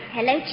Hello